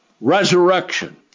Resurrection